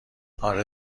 آره